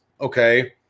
okay